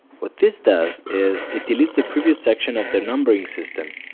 what this does is it deletes the previous section of the numbering system.